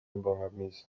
mbogamizi